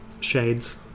shades